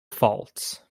faults